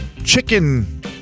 chicken